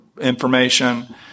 information